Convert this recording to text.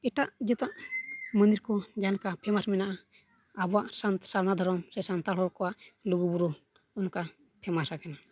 ᱮᱴᱟᱜ ᱡᱟᱹᱛᱟᱜ ᱢᱚᱱᱫᱤᱨ ᱠᱚ ᱡᱟᱦᱟᱸ ᱞᱮᱠᱟ ᱯᱷᱮᱢᱟᱥ ᱢᱮᱱᱟᱜᱼᱟ ᱟᱵᱚᱣᱟᱜ ᱥᱟᱨᱱᱟ ᱫᱷᱚᱨᱚᱢ ᱥᱮ ᱥᱟᱱᱛᱟᱲ ᱦᱚᱲ ᱠᱚᱣᱟᱜ ᱞᱩᱜᱩᱼᱵᱩᱨᱩ ᱚᱱᱠᱟ ᱯᱷᱮᱢᱟᱥ